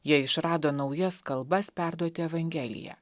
jie išrado naujas kalbas perduoti evangeliją